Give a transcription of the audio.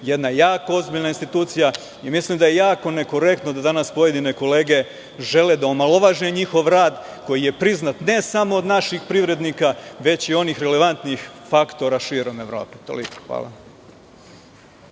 jedna jako ozbiljna institucija i mislim da je jako nekorektno da danas pojedine kolege žele da omalovaže njihov rad, koji je priznat ne samo od naših privrednika, već i od onih relevantnih faktora širom Evrope. Toliko. Hvala.